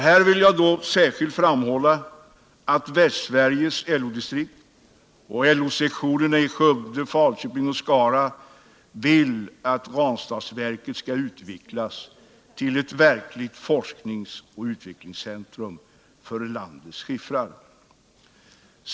Här vill jag särskilt framhålla, att Västsveriges LO-distrikt och LO-sektionerna i Skövde, Falköping och Skara vill att Ranstadsverket skall utvecklas till ett verkligt forsknings och utvecklingscentrum lör landets skiffrar.